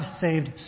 saved